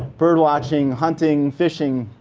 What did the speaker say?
bird watching, hunting, fishing,